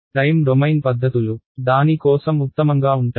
time domain పద్ధతులు దాని కోసం ఉత్తమంగా ఉంటాయి